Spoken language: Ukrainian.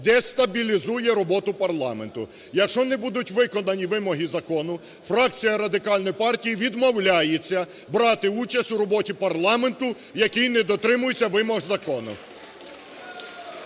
дестабілізує роботу парламенту. Якщо не будуть виконані вимоги закону, фракція Радикальної партії відмовляється брати участь у роботі парламенту, який не дотримується вимог закону.